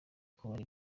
kubara